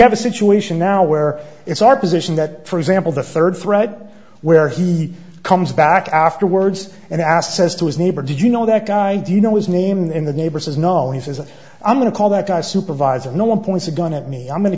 have a situation now where it's our position that for example the third thread where he comes back afterwards and asked says to his neighbor did you know that guy do you know his name in the neighbors has knowledge as i'm going to call that guy supervisor no one points a gun at me i'm